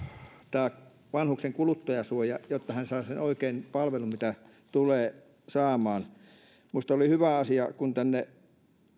vanhuksen kuluttajansuoja jotta hän saa sen oikean palvelun mitä tulee saada minusta oli hyvä asia kun tänne